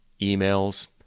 emails